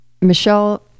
Michelle